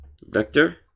vector